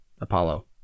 Apollo